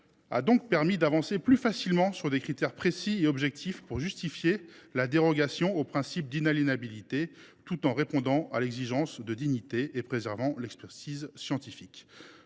a permis d’avancer plus facilement sur des critères précis et objectifs pour justifier la dérogation au principe d’inaliénabilité, tout en répondant à l’exigence de dignité et en préservant l’expertise scientifique.